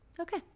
Okay